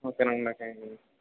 okay అండి okay అండి